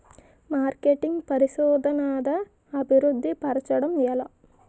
marketing పరిశోధనదా అభివృద్ధి పరచడం ఎలా